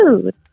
food